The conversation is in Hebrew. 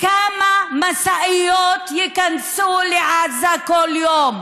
כמה משאיות ייכנסו לעזה כל יום?